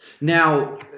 Now